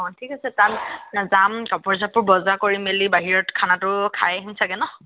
অ ঠিক আছে তাত যাম কাপোৰ চাপোৰ বজাৰ কৰি মেলি বাহিৰত খানাটো খাই আহিম চাগৈ ন'